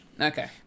Okay